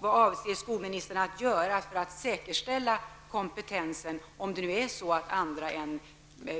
Vad avser skolministern att göra för att säkerställa kompetensen, om det nu är så att andra än